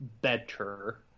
better